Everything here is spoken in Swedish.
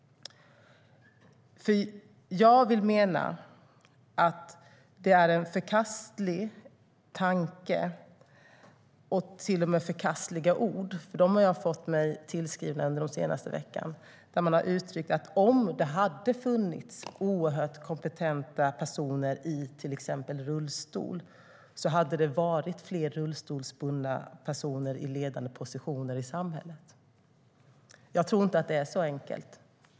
Jag menar att det är en förkastlig tanke och till och med förkastliga ord - ord som jag har fått mig tillskrivna under den senaste veckan - när man säger att om det hade funnits oerhört kompetenta personer i till exempel rullstol hade det funnits fler rullstolsbundna personer i ledande positioner i samhället. Men jag tror inte att det är så enkelt.